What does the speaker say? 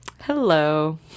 Hello